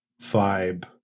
vibe